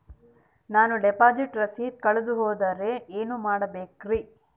ನಾನು ಡಿಪಾಸಿಟ್ ರಸೇದಿ ಕಳೆದುಹೋದರೆ ಏನು ಮಾಡಬೇಕ್ರಿ?